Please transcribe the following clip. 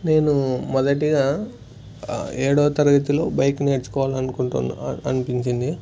నేను మొదటిగా ఏడో తరగతిలో బైక్ నేర్చుకోవాలి అనుకుంటు అనిపించింది